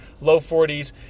low-40s